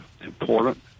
important